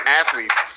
athletes